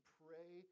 pray